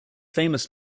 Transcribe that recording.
famous